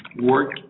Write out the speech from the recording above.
work